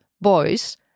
boys